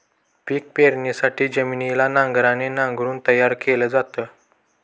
पिक पेरणीसाठी जमिनीला नांगराने नांगरून तयार केल जात